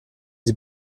sie